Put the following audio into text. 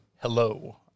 hello